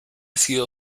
sido